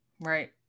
Right